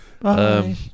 Bye